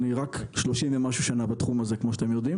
אני רק 30 ומשהו שנים בתחום הזה כמו שאתם יודעים.